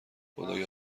خدایا